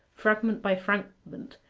fragment by fragment,